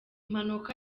mpanuka